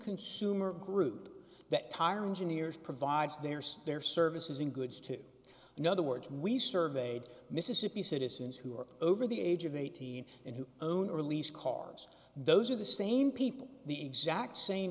consumer group that tyron juniors provides theirs their services and goods to in other words we surveyed mississippi citizens who are over the age of eighteen and who own or lease cars those are the same people the exact same